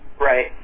Right